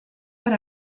per